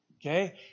okay